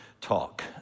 talk